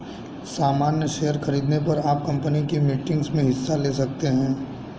सामन्य शेयर खरीदने पर आप कम्पनी की मीटिंग्स में हिस्सा ले सकते हैं